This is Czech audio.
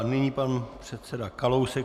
Nyní pan předseda Kalousek.